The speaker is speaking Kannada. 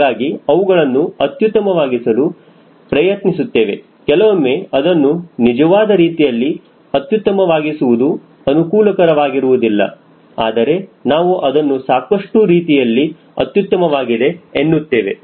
ಹಾಗಾಗಿ ಅವುಗಳನ್ನು ಅತ್ಯುತ್ತಮವಾಗಿಸಲು ಪ್ರಯತ್ನಿಸುತ್ತೇವೆ ಕೆಲವೊಮ್ಮೆ ಅದನ್ನು ನಿಜವಾದ ರೀತಿಯಲ್ಲಿ ಅತ್ಯುತ್ತಮವಾಗಿಸುವುದು ಅನುಕೂಲವಾಗಿರುವುದಿಲ್ಲ ಆದರೆ ನಾವು ಅದನ್ನು ಸಾಕಷ್ಟು ರೀತಿಯಲ್ಲಿ ಅತ್ಯುತ್ತಮವಾಗಿದೆ ಎನ್ನುತ್ತೇವೆ